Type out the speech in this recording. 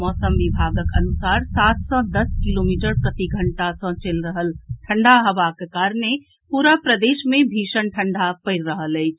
मौसम विभागक अनुसार सात सँ दस किलोमीटर प्रति घंटाक गति सँ चलि रहल ठंढ़ा हवाक कारणे पूरा प्रदेश मे भीषण ठंढ़ा पड़ि रहल अछि